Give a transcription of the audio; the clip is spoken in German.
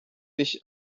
sich